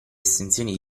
estensioni